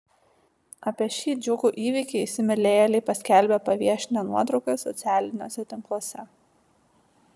apie šį džiugų įvykį įsimylėjėliai paskelbė paviešinę nuotraukas socialiniuose tinkluose